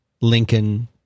Lincoln